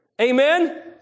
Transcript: Amen